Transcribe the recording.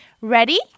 Ready